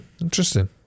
Interesting